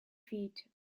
feat